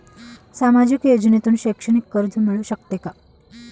सामाजिक योजनेतून शैक्षणिक कर्ज मिळू शकते का?